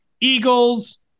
Eagles